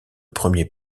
premier